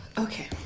Okay